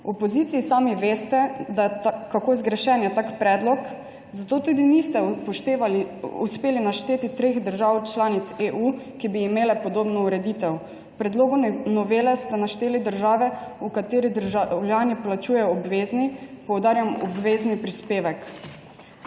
V opoziciji sami veste, kako zgrešen je tak predlog, zato tudi niste uspeli našteti treh držav članic EU, ki bi imele podobno ureditev. V predlogu novele ste našteli države, v katerih državljani plačujejo obvezni, poudarjam obvezni prispevek.